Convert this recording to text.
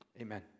Amen